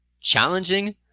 challenging